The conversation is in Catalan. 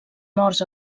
morts